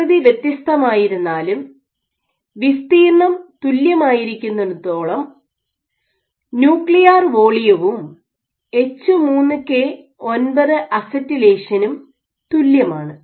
ആകൃതി വ്യത്യസ്തമായിരുന്നാലും വിസ്തീർണ്ണം തുല്യമായിരുക്കുന്നിടത്തോളം ന്യൂക്ലിയർ വോള്യവും എച്ച് 3 കെ 9 അസറ്റിലേഷനും തുല്യമാണ്